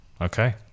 Okay